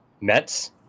Mets